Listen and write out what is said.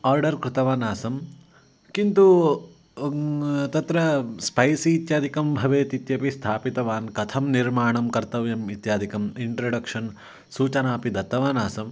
order कृतवान् आसं किन्तु तत्र स्पैसि इत्यादिकं भवेत् इत्यपि स्थापितवान् कथं निर्माणं कर्तव्यम् इत्यादिकम् इन्ट्रडक्षन् सूचना अपि दत्तवान् आसम्